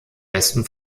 besten